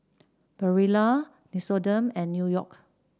Barilla Nixoderm and New York